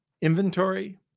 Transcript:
inventory